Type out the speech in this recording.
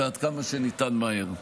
ועד כמה שניתן מהר.